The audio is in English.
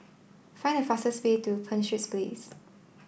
find the fastest way to Penshurst Place